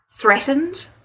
threatened